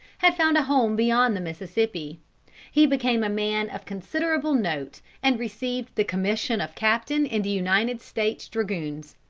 had found a home beyond the mississippi he became a man of considerable note, and received the commission of captain in the united states dragoons.